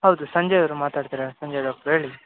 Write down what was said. ಹೌದು ಸಂಜಯ್ ಅವರು ಮಾತಾಡ್ತಾರೆ ಸಂಜಯ್ ಡಾಕ್ಟ್ರ್ ಹೇಳಿ